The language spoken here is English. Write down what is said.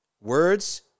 Words